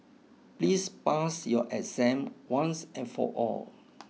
please pass your exam once and for all